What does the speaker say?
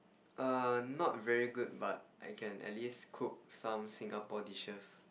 err not very good but I can at least cook some Singapore dishes